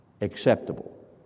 acceptable